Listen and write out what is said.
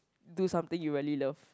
do something you really love